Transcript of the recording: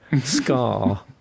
scar